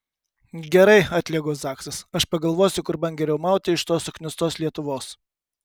gerai atlėgo zaksas aš pagalvosiu kur man geriau mauti iš tos suknistos lietuvos